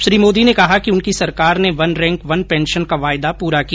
श्री मोदी ने कहा कि उनकी ॅसरकार ने वन रैंक वन पेंशन का वायदा पूरा किया